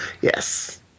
Yes